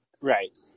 Right